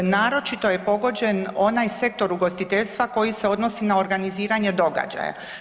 Naročito je pogođen onaj sektor ugostiteljstva koji se odnosi na organiziranje događaja.